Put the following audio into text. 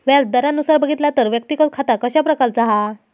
व्याज दरानुसार बघितला तर व्यक्तिगत खाता कशा प्रकारचा हा?